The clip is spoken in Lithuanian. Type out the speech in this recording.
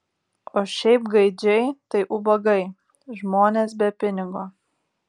o šiaip gaidžiai tai ubagai žmonės be pinigo